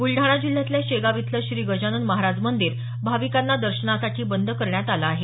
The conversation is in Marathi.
ब्लडाणा जिल्ह्यातल्या शेगाव इथलं श्री गजानन महाराज मंदीर भाविकांना दर्शनासाठी बंद करण्यात आल आहे